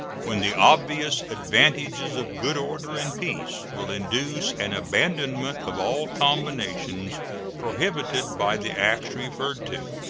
when the obvious advantages of good order and peace will induce an abandonment of all combinations prohibited by the acts referred to,